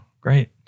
great